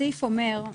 הסעיף אומר: